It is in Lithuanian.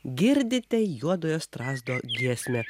girdite juodojo strazdo giesmę